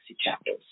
Chapters